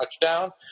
touchdown